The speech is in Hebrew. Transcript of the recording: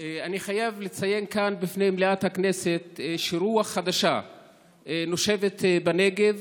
אני חייב לציין כאן לפני מליאת הכנסת שרוח חדשה נושבת בנגב,